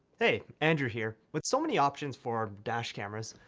hey, andrew here. with so many options for dash cameras,